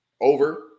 over